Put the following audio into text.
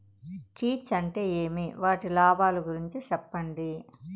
కీచ్ అంటే ఏమి? వాటి లాభాలు గురించి సెప్పండి?